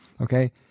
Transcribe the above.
okay